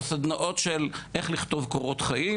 או סדנאות של איך לכתוב קורות חיים.